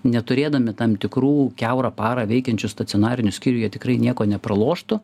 neturėdami tam tikrų kiaurą parą veikiančių stacionarinių skyrių jie tikrai nieko nepraloštų